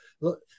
look